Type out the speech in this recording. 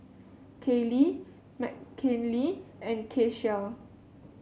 Kaylie Mckinley and Keshia